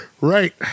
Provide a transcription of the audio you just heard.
Right